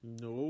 no